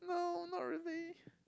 no not really